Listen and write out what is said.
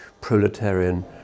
proletarian